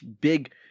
big